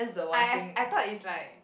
I I thought is like